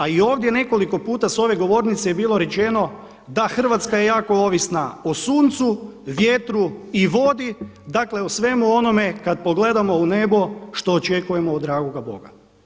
A i ovdje nekoliko puta s ove govornice je bilo rečeno, da Hrvatska je jako ovisna o suncu, vjetru i vodi dakle o svemu onome kada pogledamo u nebo što očekujemo od dragoga Boga.